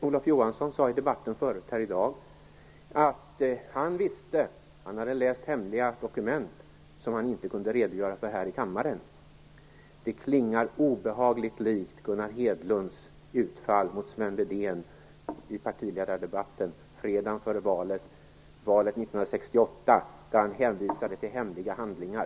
Olof Johansson sade i debatten förut här i dag att han visste, för han hade läst hemliga dokument som han inte kunde redogöra för här i kammaren. Det klingar obehagligt likt Gunnar Hedlunds utfall mot 1968, där han hänvisade till hemliga handlingar.